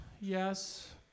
yes